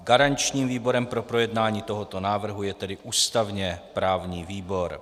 Garančním výborem pro projednání tohoto návrhu je tedy ústavněprávní výbor.